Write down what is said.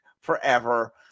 forever